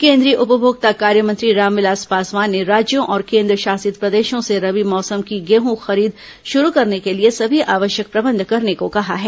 केंद्रीय उपभोक्ता कार्य मंत्री रामविलास पासवान ने राज्यों और केन्द्रशासित प्रदेशों से रबी मौसम की गेहूं खरीद शुरू करने के लिए सभी आवश्यक प्रबंध करने को कहा है